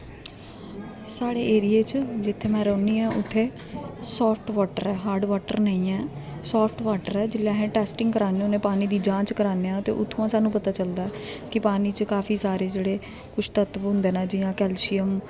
साढ़े एरिये च जित्थें में रौह्नी आं उत्थें सॉफ्ट वॉटर ऐ हार्ड वॉटर नेईं ऐ सॉफ्ट वॉटर ऐ जेल्लै असें टेस्टिंग कराने होने पानी दी जांच कराने आं ते उत्थुआं सानूं पता चलदा ऐ कि पानी च काफी सारे जेह्ड़े कुछ तत्व होंदे न जि'यां कैल्शियम